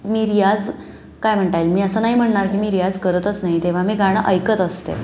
मी रियाज काय म्हणता येईल मी असं नाही म्हणणार की मी रियाज करतच नाही तेव्हा मी गाणं ऐकत असते